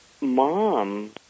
mom